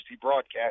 broadcast